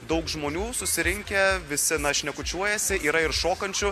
daug žmonių susirinkę visi šnekučiuojasi yra ir šokančių